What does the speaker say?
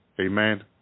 Amen